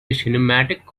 cinematic